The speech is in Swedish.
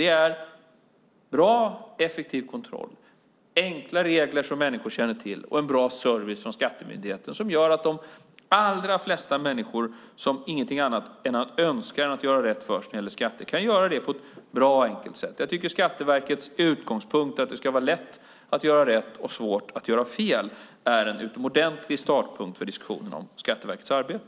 Det är bra och effektiv kontroll, enkla regler som människor känner till och bra service från skattemyndigheten som gör att de allra flesta människor som ingenting annat önskar än att göra rätt för sig när det gäller skatter kan göra det på ett bra och enkelt sätt. Jag tycker att Skatteverkets utgångspunkt att det ska vara lätt att göra rätt och svårt att göra fel är en utomordentlig startpunkt för diskussionerna om Skatteverkets arbete.